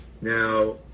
Now